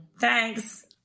Thanks